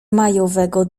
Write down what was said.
majowego